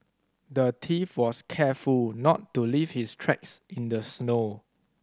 the thief was careful not to leave his tracks in the snow